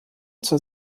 zur